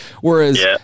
Whereas